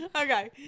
Okay